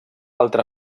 altre